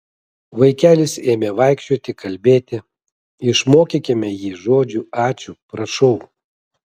vaikelis ėmė vaikščioti kalbėti išmokykime jį žodžių ačiū prašau